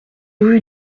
rue